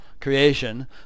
creation